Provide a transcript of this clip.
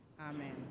Amen